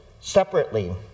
separately